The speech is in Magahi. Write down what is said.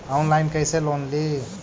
ऑनलाइन कैसे लोन ली?